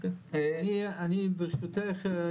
אני ברשותך,